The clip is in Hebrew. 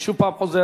אני שוב חוזר,